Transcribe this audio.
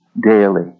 daily